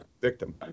victim